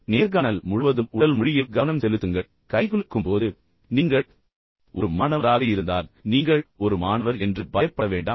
நேர்காணல் முழுவதும் உடல் மொழியில் கவனம் செலுத்துங்கள் கைகுலுக்கும்போது நீங்கள் ஒரு மாணவராக இருந்தால் நீங்கள் ஒரு மாணவர் என்று பயப்பட வேண்டாம்